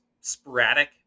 sporadic